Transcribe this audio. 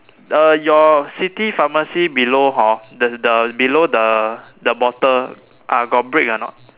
uh the your city pharmacy below hor the the below the the bottle ah got brick or not